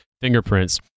fingerprints